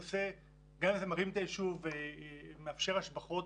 גם אם זה מרים את הישוב ומאפשר השבחות